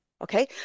Okay